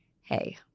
hey